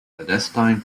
clandestine